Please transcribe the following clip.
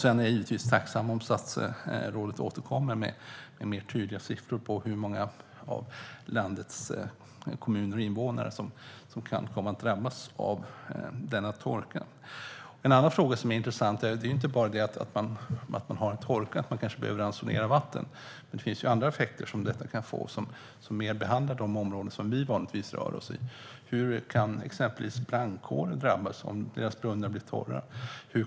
Jag är givetvis tacksam om statsrådet återkommer med tydliga siffror på hur många av landets kommuner och invånare som kan komma att drabbas av denna torka. En annan fråga som är intressant är att det här inte bara handlar om att det är en torka och att man kanske behöver ransonera vatten, utan det finns andra effekter som detta kan få som mer behandlar de områden som vi vanligtvis behandlar. Hur kan exempelvis brandkåren drabbas om brunnarna blir torra?